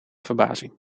verbazing